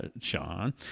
Sean